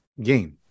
game